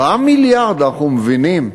10 מיליארד, אנחנו מבינים,